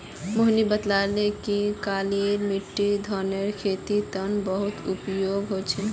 मोहिनी बताले कि काली मिट्टी धानेर खेतीर तने बहुत उपयोगी ह छ